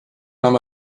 nahm